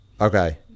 Okay